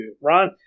Ron